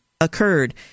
occurred